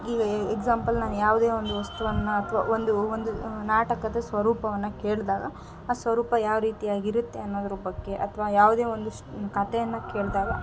ಇವೇ ಎಕ್ಸಾಂಪಲ್ ನಾನು ಯಾವುದೇ ಒಂದು ವಸ್ತುವನ್ನು ಅಥ್ವ ಒಂದು ಒಂದು ನಾಟಕದ ಸ್ವರೂಪವನ್ನು ಕೇಳಿದಾಗ ಆ ಸ್ವರೂಪ ಯಾವ ರೀತಿಯಾಗಿರುತ್ತೆ ಅನ್ನೋದ್ರ ಬಗ್ಗೆ ಅಥ್ವ ಯಾವುದೇ ಒಂದು ಶ್ ಕತೆಯನ್ನು ಕೇಳಿದಾಗ